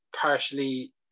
partially